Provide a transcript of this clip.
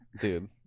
Dude